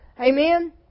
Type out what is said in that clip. Amen